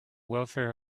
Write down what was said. welfare